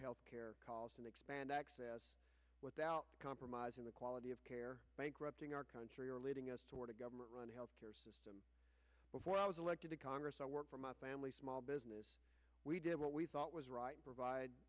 health care costs and expand access without compromising the quality of care bankrupting our country or leading us toward a government run health care system before i was elected to congress i worked for my family small business we did what we thought was right provide